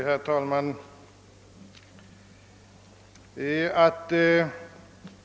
Herr talman!